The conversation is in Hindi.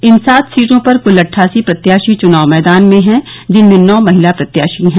इन सात सीटो पर कुल अट्ठासी प्रत्याशी चुनाव मैदान में हैं जिनमें नौ महिला प्रत्याशी हैं